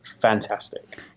Fantastic